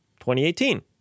2018